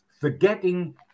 forgetting